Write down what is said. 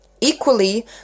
Equally